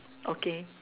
okay